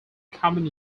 common